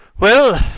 well,